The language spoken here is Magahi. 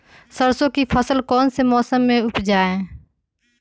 सरसों की फसल कौन से मौसम में उपजाए?